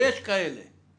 ויש כאלה שאין להן.